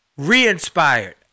re-inspired